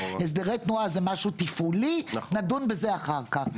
הסדרי תנועה זה משהו תפעולי ונדון בזה אחר-כך.